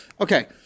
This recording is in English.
Okay